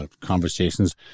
conversations